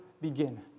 begin